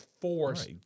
force